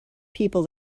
people